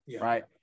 right